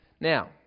Now